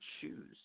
choose